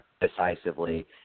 decisively